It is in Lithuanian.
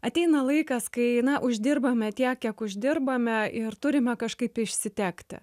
ateina laikas kai na uždirbame tiek kiek uždirbame ir turime kažkaip išsitekti